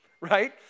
right